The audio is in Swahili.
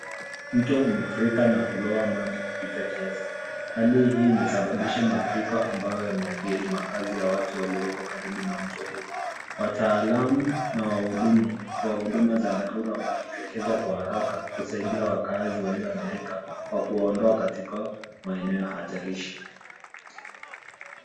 Mto umefurika na kulowa maji kupita kiasi. Hali hii imesababisha mafuriko ambayo yameadhiri makazi ya watu walioko karibu na mto huu. Wataalam na wahudumu wa huduma za dharura wamejitokeza kwa haraka kusaidia wakaazi walioadhirika kwa kuwaondoa katika maeneo hatarishi.